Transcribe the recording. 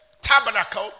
tabernacle